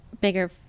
bigger